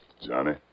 Johnny